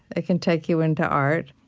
it can take you into art.